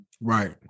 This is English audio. right